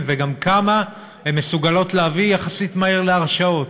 וכמה הן מסוגלות להביא יחסית מהר להרשעות.